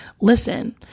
Listen